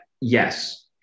yes